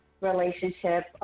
relationship